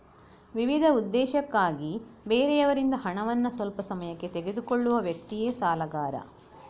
ವಿವಿಧ ಉದ್ದೇಶಕ್ಕಾಗಿ ಬೇರೆಯವರಿಂದ ಹಣವನ್ನ ಸ್ವಲ್ಪ ಸಮಯಕ್ಕೆ ತೆಗೆದುಕೊಳ್ಳುವ ವ್ಯಕ್ತಿಯೇ ಸಾಲಗಾರ